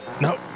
No